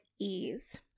ease